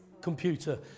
computer